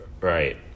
right